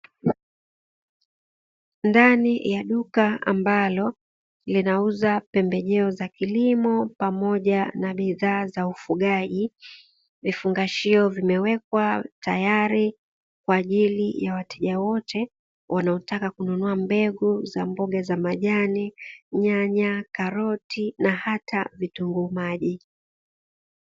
Ndani ya duka ambalo linauza pembejeo za kilimo pamoja na bidhaa za ufugaji, vifungashio vimewekwa tayari kwa ajili ya wateja wote wanaotaka kununua mbegu za mboga za majani nyanya karoti na hata vitunguu maji.